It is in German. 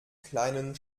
kleinen